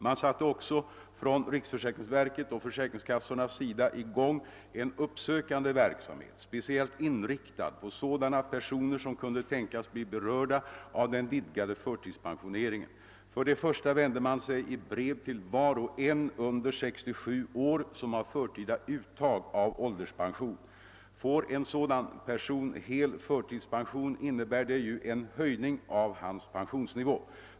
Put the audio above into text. Man satte också från riksförsäkringsverkets och försäkringskassornas sida i gång en uppsökande verksamhet, speciellt inriktad på sådana personer som kunde tänkas bli berörda av den vidgade förtidspensioneringen. För det första vände man sig i brev till var och en under 67 år som har förtida uttag av ålderspension. Får en sådan person hel förtidspension innebär det ju en höjning av hans pensionsnivå.